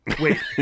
Wait